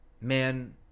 Man